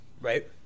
Right